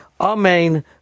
Amen